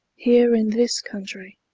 heere in this country,